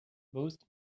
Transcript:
most